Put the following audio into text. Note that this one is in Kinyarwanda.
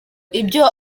ibyo